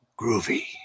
Groovy